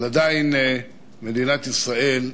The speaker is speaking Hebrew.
אבל עדיין מדינת ישראל,